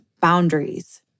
boundaries